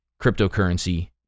cryptocurrency